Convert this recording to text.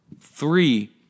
Three